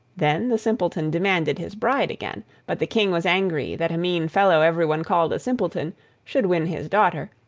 then the simpleton demanded his bride again, but the king was angry that a mean fellow everyone called a simpleton should win his daughter,